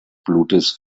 blutes